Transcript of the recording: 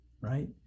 Right